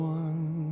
one